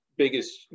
Biggest